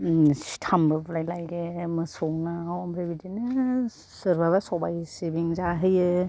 स्टामबो बुलायलायो मोसौनाव ओमफ्राय बिदिनो सोरबाबा सबाय सिबिं जाहोयो